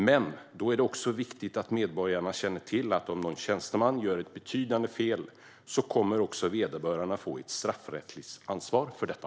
Men då är det också viktigt att medborgarna känner till att om någon tjänsteman gör ett betydande fel kommer vederbörande att få ett straffrättsligt ansvar för detta.